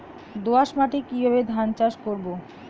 দোয়াস মাটি কিভাবে ধান চাষ করব?